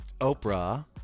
Oprah